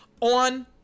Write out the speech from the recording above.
on